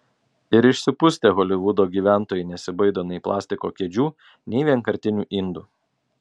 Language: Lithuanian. ir išsipustę holivudo gyventojai nesibaido nei plastiko kėdžių nei vienkartinių indų